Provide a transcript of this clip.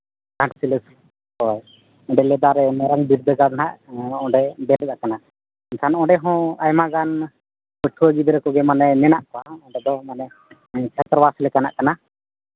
ᱜᱷᱟᱴᱥᱤᱞᱟᱹ ᱦᱳᱭ ᱚᱸᱰᱮ ᱞᱮᱫᱟᱨᱮ ᱢᱟᱨᱟᱝ ᱵᱤᱫᱽᱫᱟᱹᱜᱟᱲ ᱦᱟᱸᱜ ᱚᱸᱰᱮ ᱵᱮᱨᱮᱫ ᱠᱟᱱᱟᱮᱱᱠᱷᱟᱱ ᱚᱸᱰᱮ ᱦᱚᱸ ᱟᱭᱢᱟᱜᱟᱱ ᱯᱟᱹᱴᱷᱩᱣᱟᱹ ᱜᱤᱫᱽᱨᱟᱹ ᱠᱚᱜᱮ ᱢᱮᱱᱟᱜ ᱠᱚᱣᱟ ᱚᱸᱰᱮ ᱫᱚ ᱪᱷᱟᱛᱛᱨᱟ ᱵᱟᱥ ᱞᱮᱠᱟᱱᱟᱜ ᱠᱟᱱᱟ